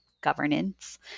governance